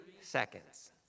seconds